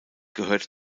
gehörte